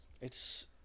It's-